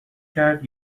کرد